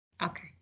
Okay